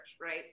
right